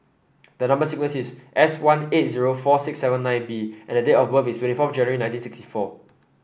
the number sequence is S one eight zero four six seven nine B and date of birth is twenty four January nineteen sixty four